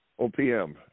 OPM